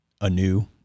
ANEW